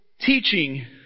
teaching